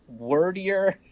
wordier